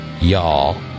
y'all